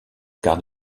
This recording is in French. quarts